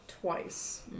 twice